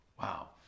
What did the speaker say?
Wow